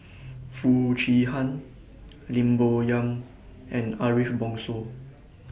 Foo Chee Han Lim Bo Yam and Ariff Bongso